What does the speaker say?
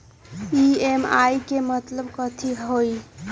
EMI के मतलब कथी होई?